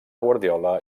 guardiola